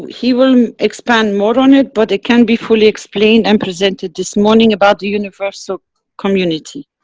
he will expand more on it, but it can be fully explained and presented this morning, about the universal community.